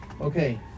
okay